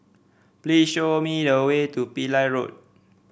please show me the way to Pillai Road